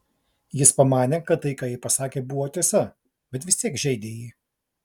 jis pamanė kad tai ką ji pasakė buvo tiesa bet vis tiek žeidė jį